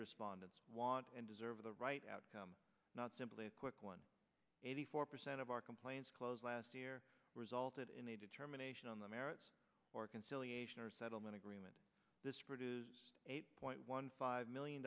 respondents want and deserve the right outcome not simply a quick one eighty four percent of our complaints close last year resulted in a determination on the merits or conciliation or settlement agreement this produces eight point one five million